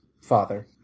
father